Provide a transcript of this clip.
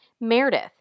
Meredith